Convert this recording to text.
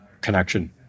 connection